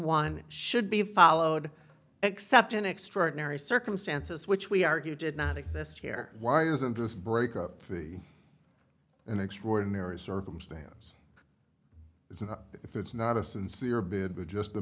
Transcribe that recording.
one should be followed except in extraordinary circumstances which we argue did not exist here why isn't this breakup the an extraordinary circumstance it's an if it's not a sincere bid the just the